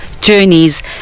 Journeys